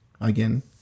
again